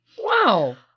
Wow